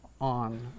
on